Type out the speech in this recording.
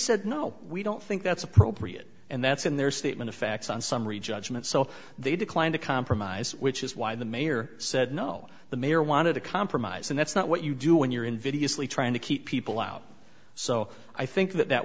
said no we don't think that's appropriate and that's in their statement of facts on summary judgment so they declined to compromise which is why the mayor said no the mayor wanted to compromise and that's not what you do when you're invidiously trying to keep people out so i think that that